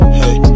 hey